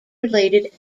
related